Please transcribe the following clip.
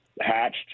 hatched